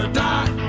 die